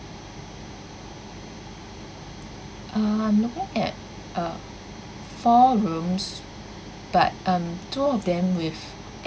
uh I'm looking at uh four rooms but um two of them with